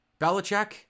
Belichick